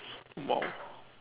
!wow!